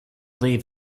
leave